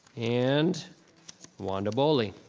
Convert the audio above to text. and wanda boley.